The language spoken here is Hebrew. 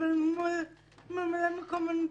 אבל מול ממלא-מקום הנציב,